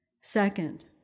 Second